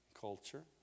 culture